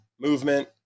movement